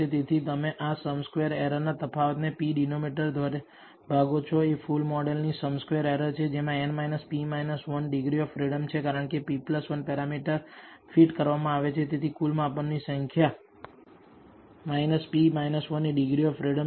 તેથી તમે આ સમ સ્ક્વેર એરરના તફાવતને P ડિનોમિનેટર દ્વારા ભાગો છો એ ફુલ મોડલની સમ સ્ક્વેર એરર છે જેમાં n p 1 degree of freedom છે કારણ કે p 1 પેરામીટર ફીટ કરવામાં આવ્યા છે તેથી કુલ માપનની સંખ્યા p 1 એ ડિગ્રી ઓફ ફ્રીડમ છે